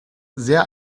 sehr